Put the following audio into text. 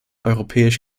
europäisch